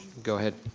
go ahead.